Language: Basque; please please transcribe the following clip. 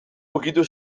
ukitu